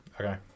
Okay